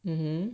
mmhmm